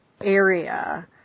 area